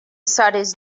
studies